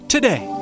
Today